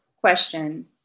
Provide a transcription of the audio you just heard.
question